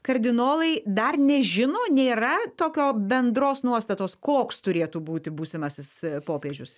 kardinolai dar nežino nėra tokio bendros nuostatos koks turėtų būti būsimasis popiežius